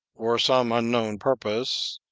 for some unknown purpose,